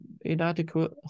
inadequate